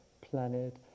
planet